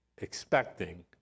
expecting